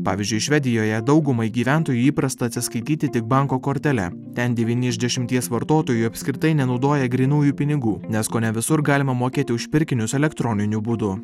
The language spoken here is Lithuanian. pavyzdžiui švedijoje daugumai gyventojų įprasta atsiskaityti tik banko kortele ten devyni iš dešimties vartotojų apskritai nenaudoja grynųjų pinigų nes kone visur galima mokėti už pirkinius elektroniniu būdu